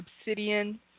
obsidian